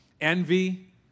Envy